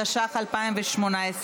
התשע"ח 2018,